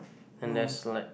and there's like